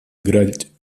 играть